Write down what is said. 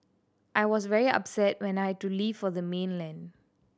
I was very upset when I had to leave for the mainland